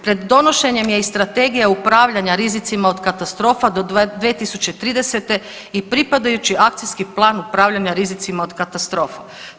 Pred donošenjem je i Strategija upravljanja rizicima od katastrofa do 2030. i pripadajući akcijski plan upravljanja rizicima od katastrofe.